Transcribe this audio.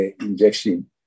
injection